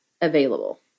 available